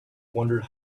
wondered